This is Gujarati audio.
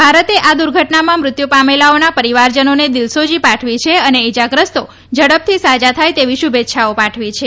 ભારતે આ દુર્ઘટનામાં મૃત્યુ પામેલાઓના પરિવારજનોને દિલસોજી પાઠવી છે અને ઈજાગ્રસ્તો ઝડપથી સાજા થાય તેવી શુભેચ્છાઓ પાઠવી છે